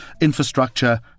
infrastructure